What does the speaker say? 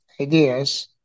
ideas